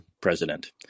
president